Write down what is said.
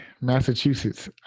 Massachusetts